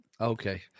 Okay